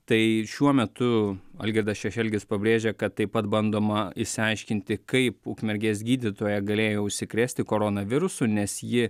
tai šiuo metu algirdas šešelgis pabrėžė kad taip pat bandoma išsiaiškinti kaip ukmergės gydytoja galėjo užsikrėsti koronavirusu nes ji